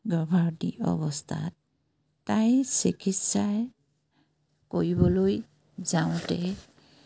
গৰ্ভৱতী অৱস্থাত তাই চিকিৎসা কৰিবলৈ যাওঁতে